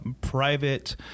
private